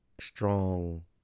strong